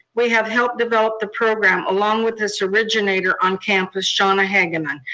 we have helped develop the program, along with its originator on campus, shauna hagemann.